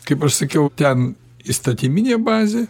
kaip aš sakiau ten įstatyminė bazė